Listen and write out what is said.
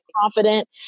confident